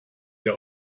der